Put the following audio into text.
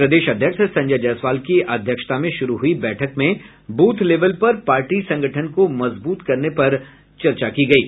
प्रदेश अध्यक्ष संजय जायसवाल की अध्यक्षता में शुरू हुई बैठक में ब्रथ लेवल पर पार्टी संगठन को मजबूत करने पर आज चर्चा की गयी